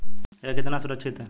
यह कितना सुरक्षित है?